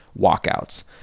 walkouts